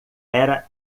era